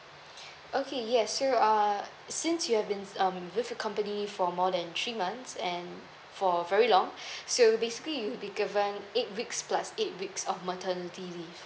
okay yes so uh since you have been um with the company for more than three months and for very long so basically you will be given eight weeks plus eight weeks of maternity leave